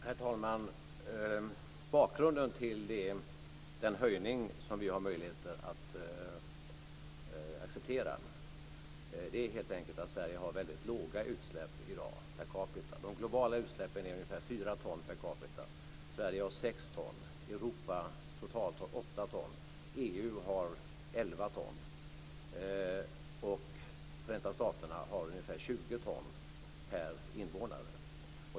Herr talman! Bakgrunden till den höjning som vi har möjlighet att acceptera är helt enkelt att Sverige har väldigt låga utsläpp per capita i dag. De globala utsläppen är ungefär 4 ton per capita. Sverige har 6 ton, Europa totalt har 8 ton, EU har 11 ton och Förenta staterna har ungefär 20 ton per invånare.